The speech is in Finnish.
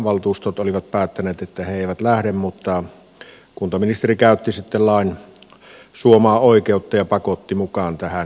valtuustot olivat päättäneet että he eivät lähde mutta kuntaministeri käytti sitten lain suomaa oikeutta ja pakotti mukaan tähän liitosselvitykseen